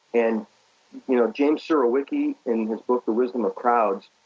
and you know james surowiecki, in his book, the wisdon of crowds,